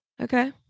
Okay